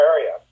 area